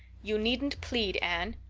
you needn't plead, anne.